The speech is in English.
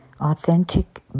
Authentic